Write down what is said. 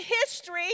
history